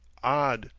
odd!